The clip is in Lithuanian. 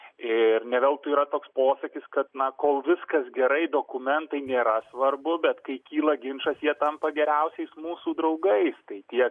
ir ne veltui yra toks posakis kad na kol viskas gerai dokumentai nėra svarbu bet kai kyla ginčas jie tampa geriausiais mūsų draugais tai tiek